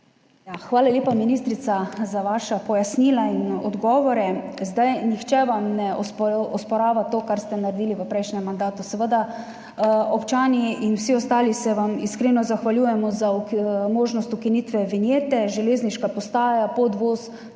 Hvala lepa, ministrica, za vaša pojasnila in odgovore. Nihče vam ne osporava tega, kar ste naredili v prejšnjem mandatu. Seveda, občani in vsi ostali se vam iskreno zahvaljujemo za možnost ukinitve vinjete, železniško postajo, podvoz